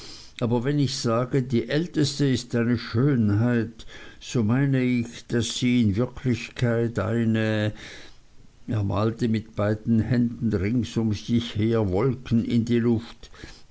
aber wenn ich sage die älteste ist eine schönheit so meine ich daß sie in wirklichkeit eine er malte mit beiden händen ringsum sich her wolken in die luft